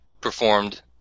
performed